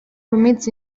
permits